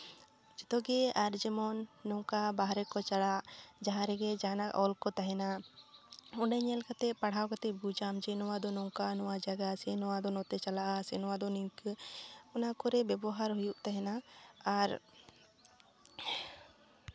ᱡᱚᱛᱚ ᱜᱮ ᱟᱨ ᱡᱮᱢᱚᱱ ᱱᱚᱝᱠᱟ ᱵᱟᱦᱨᱮ ᱠᱚ ᱪᱟᱞᱟᱜ ᱡᱟᱦᱟᱸ ᱨᱮᱜᱮ ᱡᱟᱦᱟᱸᱱᱟᱜ ᱚᱞ ᱠᱚ ᱛᱟᱦᱮᱱᱟ ᱚᱸᱰᱮ ᱧᱮᱞ ᱠᱟᱛᱮ ᱯᱟᱲᱦᱟᱣ ᱠᱟᱛᱮ ᱵᱩᱡᱟᱢ ᱡᱮ ᱱᱚᱣᱟ ᱫᱚ ᱱᱚᱝᱠᱟ ᱱᱚᱣᱟ ᱡᱟᱭᱜᱟ ᱥᱮ ᱱᱚᱣᱟ ᱫᱚ ᱱᱚᱛᱮ ᱪᱟᱞᱟᱜᱼᱟ ᱥᱮ ᱱᱚᱣᱟ ᱫᱚ ᱱᱤᱝᱠᱟ ᱚᱱᱟ ᱠᱚᱨᱮ ᱵᱮᱵᱚᱦᱟᱨ ᱦᱩᱭᱩᱜ ᱛᱟᱦᱮᱱᱟ ᱟᱨ